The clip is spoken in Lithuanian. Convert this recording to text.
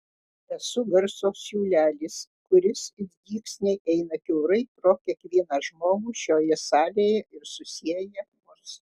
esu garso siūlelis kuris it dygsniai eina kiaurai pro kiekvieną žmogų šioje salėje ir susieja mus